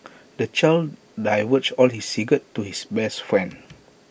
the child divulged all his secrets to his best friend